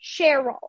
Cheryl